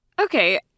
Okay